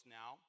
now